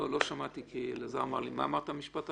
לא שמעתי, מה המשפט האחרון?